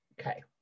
Okay